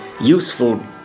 useful